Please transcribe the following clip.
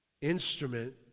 instrument